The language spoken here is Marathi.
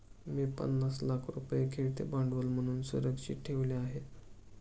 मी पन्नास लाख रुपये खेळते भांडवल म्हणून सुरक्षित ठेवले आहेत